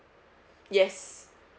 yes